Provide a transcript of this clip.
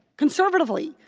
conservatively,